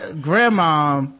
grandma